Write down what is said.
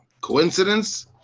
Coincidence